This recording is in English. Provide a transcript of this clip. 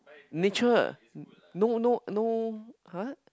nature no no no hah